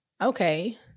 okay